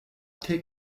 take